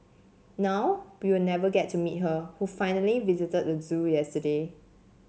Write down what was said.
now we will never get to meet her who finally visited the zoo yesterday